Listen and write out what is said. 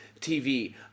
tv